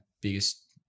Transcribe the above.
biggest